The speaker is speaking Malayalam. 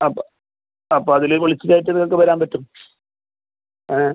അപ്പോൾ അപ്പോൾ അതിൽ വിളിച്ച് ചോദിച്ച് നിങ്ങൾക്ക് വരാൻ പറ്റും